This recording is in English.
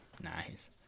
Nice